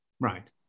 Right